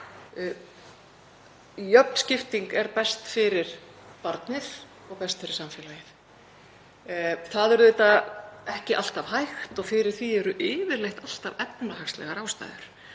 Jöfn skipting er best fyrir barnið og best fyrir samfélagið. Það er auðvitað ekki alltaf hægt og fyrir því eru yfirleitt alltaf efnahagslegar ástæður.